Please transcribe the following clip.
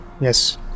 yes